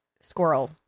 Squirrel